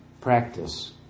practice